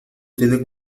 tiene